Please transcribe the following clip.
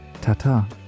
ta-ta